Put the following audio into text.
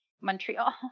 Montreal